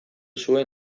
zuen